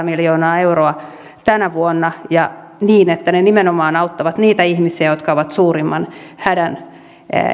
miljoonaa euroa tänä vuonna ja niin että ne auttavat nimenomaan niitä ihmisiä jotka ovat suurimman hädän